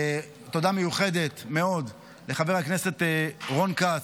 תודה מיוחדת מאוד לחבר הכנסת רון כץ,